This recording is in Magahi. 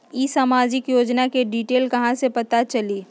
ई सामाजिक योजना के डिटेल कहा से पता चली?